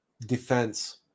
defense